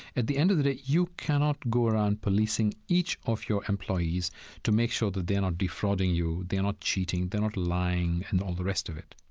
at the end of the day, you cannot go around policing each of your employees to make sure that they're not defrauding you, they are not cheating, they're not lying and all the rest of it.